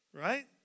right